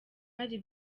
hari